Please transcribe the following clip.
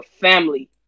family